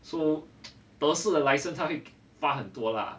so 德士的 license 它就会发很多啦